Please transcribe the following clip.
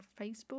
Facebook